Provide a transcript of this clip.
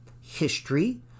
history